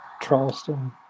Charleston